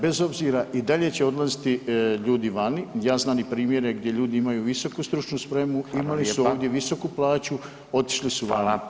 Bez obzira, i dalje će odlaziti ljudi vani, ja znam i primjere gdje ljudi imaju visoku stručnu spremu, [[Upadica Radin: Hvala lijepa.]] imali su ovdje visoku plaću, [[Upadica Radin: Hvala.]] otišli su vani.